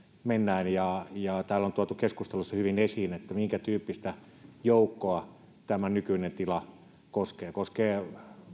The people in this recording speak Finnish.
mennään täällä on tuotu keskustelussa hyvin esiin minkätyyppistä joukkoa tämä nykyinen tila koskee se koskee